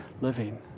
living